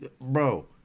bro